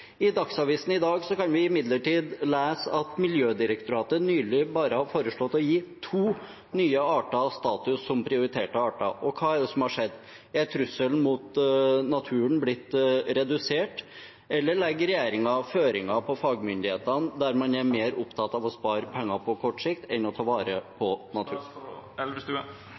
I Dagsavisen i dag kan vi imidlertid lese at Miljødirektoratet nylig har foreslått å gi bare to nye arter status som prioriterte arter. Hva er det som har skjedd? Er trusselen mot naturen blitt redusert, eller legger regjeringen føringer på fagmyndighetene, der man er mer opptatt av å spare penger på kort sikt enn å ta vare på